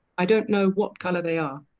i don't know what color they are.